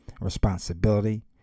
responsibility